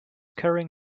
carrying